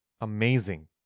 Amazing